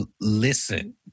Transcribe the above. listen